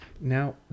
Now